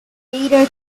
data